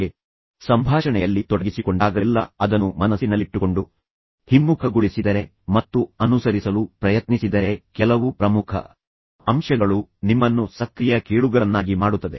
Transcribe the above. ನೀವು ಸಂಭಾಷಣೆಯಲ್ಲಿ ತೊಡಗಿಸಿಕೊಂಡಾಗಲೆಲ್ಲಾ ಅದನ್ನು ನಿಮ್ಮ ಮನಸ್ಸಿನಲ್ಲಿಟ್ಟುಕೊಂಡು ಅದನ್ನು ಹಿಮ್ಮುಖಗೊಳಿಸಿದರೆ ಮತ್ತು ಅದನ್ನು ಅನುಸರಿಸಲು ಪ್ರಯತ್ನಿಸಿದರೆ ಕೆಲವು ಪ್ರಮುಖ ಅಂಶಗಳು ನಿಮ್ಮನ್ನು ಬೇಗ ಅಥವಾ ನಂತರ ಸಕ್ರಿಯ ಕೇಳುಗರನ್ನಾಗಿ ಮಾಡುತ್ತದೆ